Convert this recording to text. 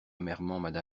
amèrement